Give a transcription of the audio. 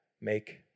make